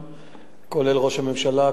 כולל ראש הממשלה,